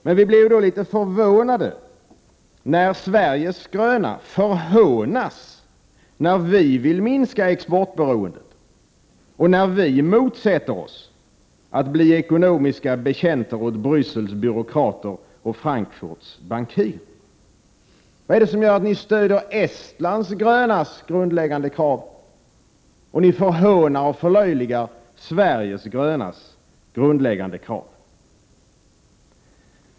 Men vi blir då litet förvånade när Sveriges gröna förhånas när vi vill minska exportberoendet och när vi motsätter oss att bli ekonomiska betjänter åt Bryssels byråkrater och Frankfurts bankirer. Vad är det som gör att ni stöder Estlands grönas grundläggande krav, medan ni förhånar och förlöjligar Sveriges grönas grundläggande krav?